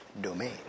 domain